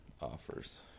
offers